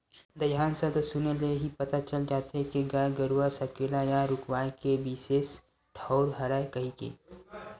दईहान सब्द सुने ले ही पता चल जाथे के गाय गरूवा सकेला या रूकवाए के बिसेस ठउर हरय कहिके